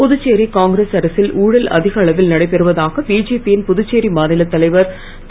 புதுச்சேரி காங்கிரஸ் அரசில் ஊழல் அதிக அளவில் நடைபெறுவதாக பிஜேபியின் புதுச்சேரி மாநில தலைவர் திரு